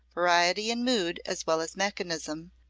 variety in mood as well as mechanism,